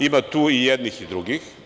Ima tu i jednih i drugih.